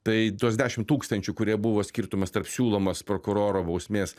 tai tuos dešimt tūkstančių kurie buvo skirtumas tarp siūlomos prokuroro bausmės